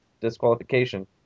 disqualification